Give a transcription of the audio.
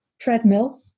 treadmill